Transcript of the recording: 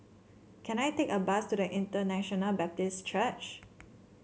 can I take a bus to International Baptist Church